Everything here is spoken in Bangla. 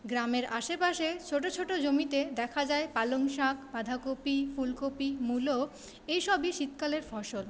গ্রামের আশেপাশে ছোট ছোট জমিতে দেখা যায় পালংশাক বাঁধাকপি ফুলকপি মুলো এইসবই শীতকালের ফসল